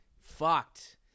Fucked